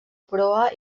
proa